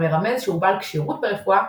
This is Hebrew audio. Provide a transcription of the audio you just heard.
המרמז שהוא בעל כשירות ברפואה,